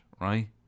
right